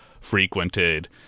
frequented